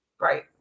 Right